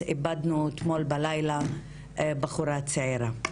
איבדנו אתמול בלילה בחורה צעירה.